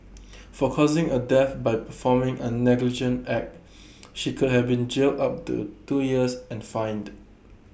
for causing A death by performing A negligent act she could have been jailed up to two years and fined